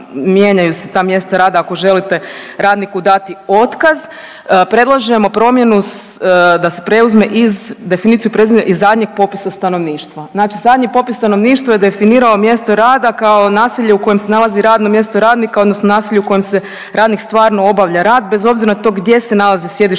Mijenjaju se ta mjesta rada ako želite radniku dati otkaz. Predlažemo promjenu da se preuzme iz, definiciju preuzetu iz zadnjeg popisa stanovništva. Znači zadnji popis stanovništva je definirao mjesto rada kao naselje u kojem se nalazi radno mjesto radnika, odnosno naselje u kojem radnik stvarno obavlja rad bez obzira na to gdje se nalazi sjedište